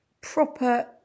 proper